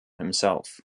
himself